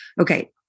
Okay